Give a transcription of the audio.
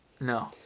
No